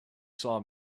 saw